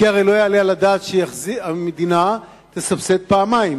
כי הרי לא יעלה על הדעת שהמדינה תסבסד פעמיים,